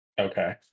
Okay